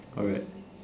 alright